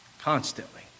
Constantly